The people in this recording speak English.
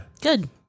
Good